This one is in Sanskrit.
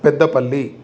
पेद्दपल्लि